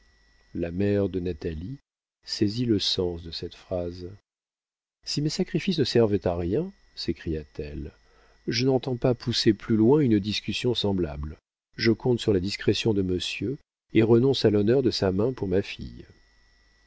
la mère de natalie saisit le sens de cette phrase si mes sacrifices ne servent à rien s'écria-t-elle je n'entends pas pousser plus loin une discussion semblable je compte sur la discrétion de monsieur et renonce à l'honneur de sa main pour ma fille